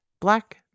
black